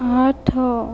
ଆଠ